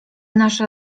nasza